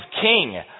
king